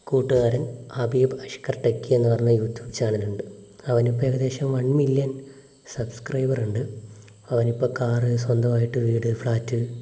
കൂട്ടുകാരൻ ഹബീബ് അഷ്ക്കർ ടെക്കിയെന്ന് പറഞ്ഞ യൂട്യൂബ് ചാനലുണ്ട് അവനിപ്പോൾ ഏകദേശം വൺ മില്യൺ സബ്സ്ക്രൈബറുണ്ട് അവനിപ്പം കാറ് സ്വന്തമായിട്ട് വീട് ഫ്ലാറ്റ്